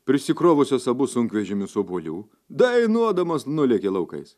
prisikrovusios abu sunkvežimius obuolių dainuodamos nulėkė laukais